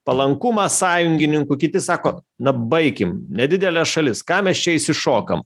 palankumą sąjungininkų kiti sako na baikim nedidelė šalis ką mes čia išsišokam